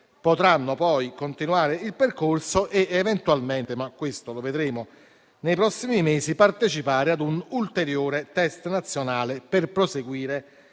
potranno poi continuare il percorso ed eventualmente - ma questo lo vedremo nei prossimi mesi - partecipare ad un ulteriore test nazionale per proseguire